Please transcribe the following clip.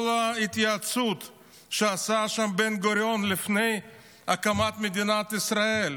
כל ההתייעצות שעשה בן-גוריון לפני הקמת מדינת ישראל,